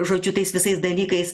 žodžiu tais visais dalykais